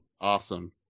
Awesome